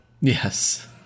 Yes